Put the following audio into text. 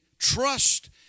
Trust